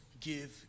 give